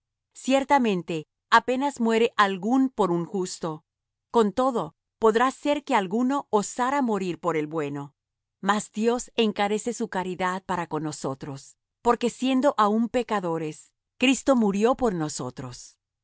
ciertamente apenas muere algun por un justo con todo podrá ser que alguno osara morir por el bueno mas dios encarece su caridad para con nosotros porque siendo aún pecadores cristo murió por nosotros